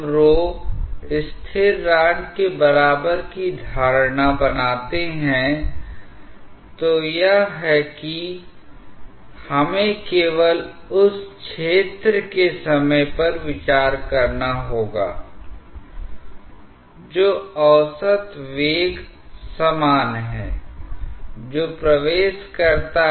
दोनों धारा रेखाओं के बीच दवाब में जो अंतर है धारा लाइनों के वक्रता प्रभाव के कारण होता है लेकिन क्योंकि यह दोनों बहुत करीब हैं तो यह प्रभाव नगण्य होगा I इसलिएयदि यह दोनों बहुत करीब हैं तो इन दो स्ट्रीम लाइनों के बीच बिंदु एक और दो पर दबाव हेड में अंतर नगण्य है